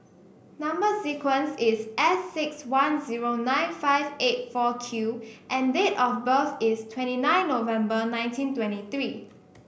number sequence is S six one zero nine five eight four Q and date of birth is twenty nine November nineteen twenty three